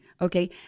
okay